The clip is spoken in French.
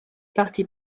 parti